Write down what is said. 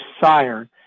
sire